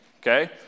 okay